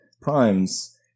primes